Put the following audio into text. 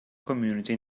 community